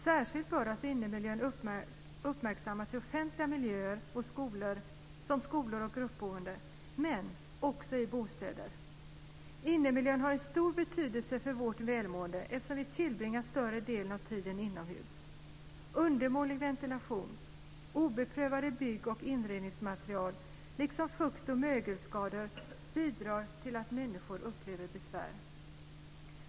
Särskilt bör innemiljön uppmärksammas i offentliga miljöer som skolor och gruppboenden, men också i bostäder. Innemiljön har stor betydelse för vårt välmående eftersom vi tillbringar större delen av tiden inomhus. Undermålig ventilation, obeprövade byggoch inredningsmaterial liksom fukt och mögelskador bidrar till att människor upplever besvär.